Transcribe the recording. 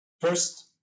First